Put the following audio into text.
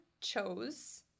chose